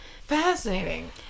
Fascinating